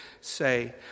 say